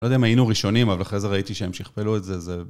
לא יודע אם היינו ראשונים אבל אחרי זה ראיתי שהם שכפלו את זה